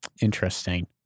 Interesting